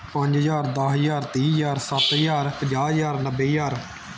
ਪੰਜ ਹਜ਼ਾਰ ਦਸ ਹਜ਼ਾਰ ਤੀਹ ਹਜ਼ਾਰ ਸੱਤ ਹਜ਼ਾਰ ਪੰਜਾਹ ਹਜ਼ਾਰ ਨੱਬੇ ਹਜ਼ਾਰ